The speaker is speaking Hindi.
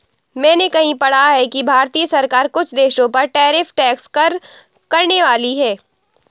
मैंने कहीं पढ़ा है कि भारतीय सरकार कुछ देशों पर टैरिफ टैक्स कम करनेवाली है